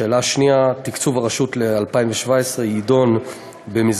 לשאלה 2: תקצוב הרשות ל-2017 יידון במסגרת